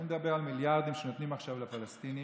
אני מדבר על מיליארדים שנותנים עכשיו לפלסטינים,